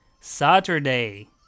Saturday